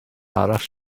arall